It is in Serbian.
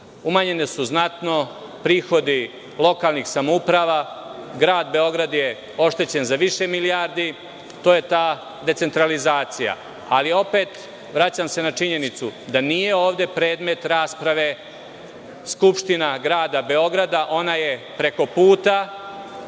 umanjeni su znatno prihodi lokalnih samouprava, a grad Beograd je oštećen za više milijardi i to je ta decentralizacija. Opet, vraćam se na činjenicu da nije ovde predmet rasprave Skupština grada Beograda, ona je preko puta,